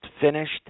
finished